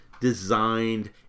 designed